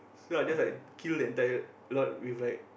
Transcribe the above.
so I just like kill the entire lot with like